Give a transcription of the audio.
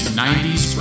90s